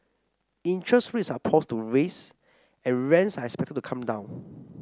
interest rates are poised to rise and rents are expected to come down